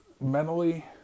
mentally